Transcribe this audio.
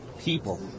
People